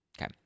Okay